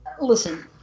Listen